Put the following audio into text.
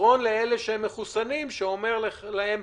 ומסרון לאלה שהם מחוסנים שאומר להם,